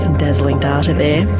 dazzling data there.